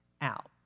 out